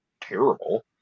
terrible